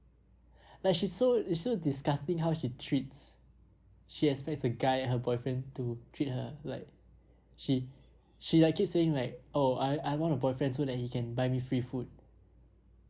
like she so she's so disgusting how she treats she expects a guy her boyfriend to treat her like she she like keep saying like oh I I want a boyfriend so that he can buy me free food